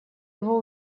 его